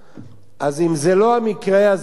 אז אם זה לא המקרה הזה, באמת,